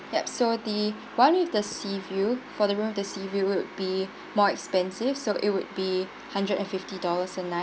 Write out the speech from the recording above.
ya so the one with the sea view for the room with the sea view would be more expensive so it would be hundred and fifty dollars a night